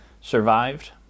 survived